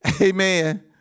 Amen